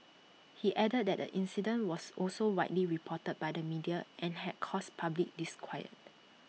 he added that the incident was also widely reported by the media and had caused public disquiet